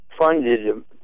funded